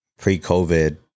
pre-covid